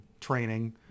training